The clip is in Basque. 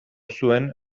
zuen